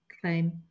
claim